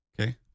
Okay